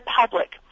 public